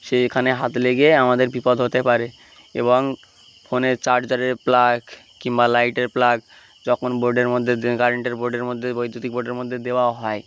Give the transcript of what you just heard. সেইখানে হাত লেগে আমাদের বিপদ হতে পারে এবং ফোনের চার্জারের প্লাগ কিংবা লাইটের প্লাগ যখন বোর্ডের মধ্যে কারেন্টের বোর্ডের মধ্যে বৈদ্যুতিক বোর্ডের মধ্যে দেওয়া হয়